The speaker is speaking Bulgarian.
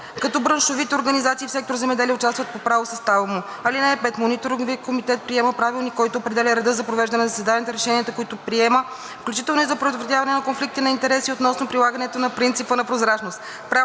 като браншовите организации в сектор „Земеделие“ участват по право в състава му. (5) Мониторинговият комитет приема правилник, който определя реда за провеждане на заседанията, решенията, които приема, включително и за предотвратяването на конфликти на интереси и относно прилагането на принципа на прозрачност.